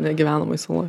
negyvenamoj saloj